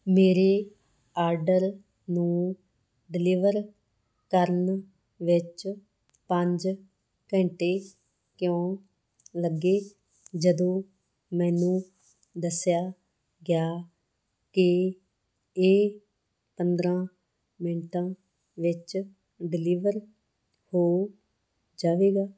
ਮੇਰੇ ਆਰਡਰ ਨੂੰ ਡਿਲੀਵਰ ਕਰਨ ਵਿੱਚ ਪੰਜ ਘੰਟੇ ਕਿਉਂ ਲੱਗੇ ਜਦੋਂ ਮੈਨੂੰ ਦੱਸਿਆ ਗਿਆ ਕਿ ਇਹ ਪੰਦਰਾਂ ਮਿੰਟਾਂ ਵਿੱਚ ਡਿਲੀਵਰ ਹੋ ਜਾਵੇਗਾ